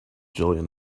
jillian